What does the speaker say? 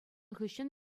хыҫҫӑн